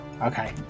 okay